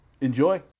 Enjoy